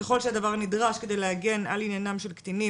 ככל שהדבר נדרש כדי להגן על עניינם של קטינים